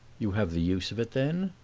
you have the use of it then?